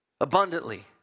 Abundantly